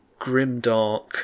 grimdark